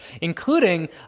including